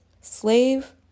Slave